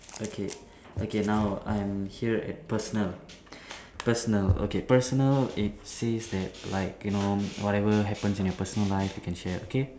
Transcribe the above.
okay okay now I am here at personal personal okay personal it says that like you know whatever happens in your personal life you can share okay